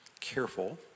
careful